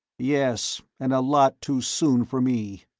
yes, and a lot too soon for me,